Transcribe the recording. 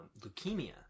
leukemia